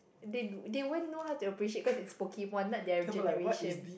they they won't know how to appreciate cause it's Pokemon not their generation